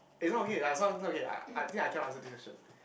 eh not okay ya some some okay I I think I cannot answer this question